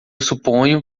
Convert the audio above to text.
suponho